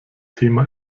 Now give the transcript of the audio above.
thema